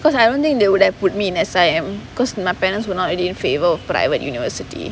because I don't think they would have put me in S_I_M because my parents were not in favour of private university